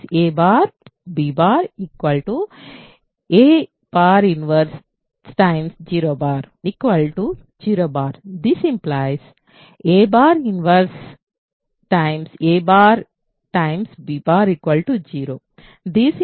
కాబట్టిa b 0 a 1 a 100 a 1a b 0